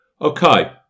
Okay